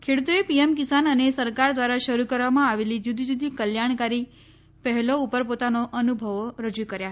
ખેડૂતોએ પીએમ કિસાન અને સરકાર દ્વારા શરૂ કરવામાં આવેલી જુદી જુદી કલ્યાણકારી પહેલો ઉપર પોતાનો અનુભવો રજૂ કર્યા